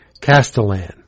Castellan